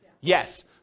Yes